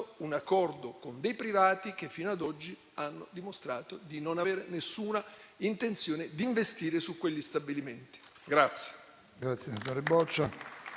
un accordo con dei privati che fino ad oggi hanno dimostrato di non avere nessuna intenzione di investire su quegli stabilimenti.